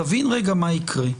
תבין רגע מה יקרה.